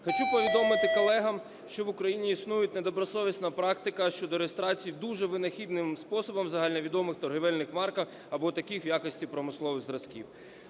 Хочу повідомити колегам, що в Україні існує недобросовісна практика щодо реєстрації дуже винахідливим способом загальновідомих торгівельних марок або таких в якості промислових зразків.